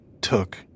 took